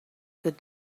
good